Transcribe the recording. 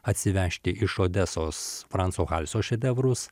atsivežti iš odesos franco halso šedevrus